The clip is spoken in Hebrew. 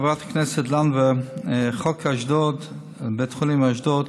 חברת הכנסת לנדבר, חוק בית חולים אשדוד